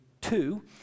two